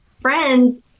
friends